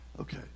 Okay